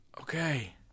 Okay